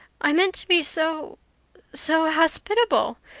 i meant to be so so hospitable.